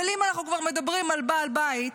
אבל אם אנחנו כבר מדברים על בעל בית,